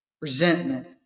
Resentment